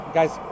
Guys